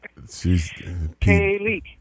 Kaylee